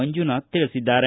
ಮಂಜುನಾಥ ತಿಳಿಸಿದ್ದಾರೆ